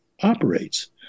operates